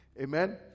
Amen